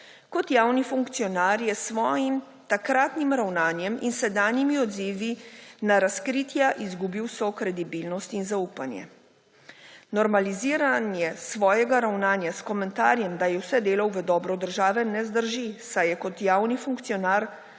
»Kot javni funkcionar je s svojim takratnim ravnanjem in sedanjimi odzivi na razkritje izgubil vso kredibilnost in zaupanje. Normaliziranje svojega ravnanja s komentarjem, da je vse delal v dobro države, ne zdrži, saj je kot javni funkcionar